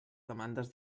demandes